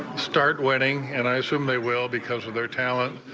start winning and i assume they will because of their talent,